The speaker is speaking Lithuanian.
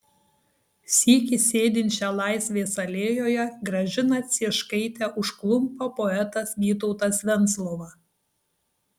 sykį sėdinčią laisvės alėjoje gražiną cieškaitę užklumpa poetas vytautas venclova